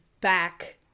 back